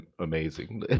amazing